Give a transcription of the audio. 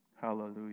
Hallelujah